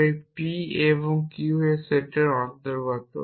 তবে p এবং q এই সেটের অন্তর্গত